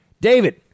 David